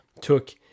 took